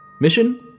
Mission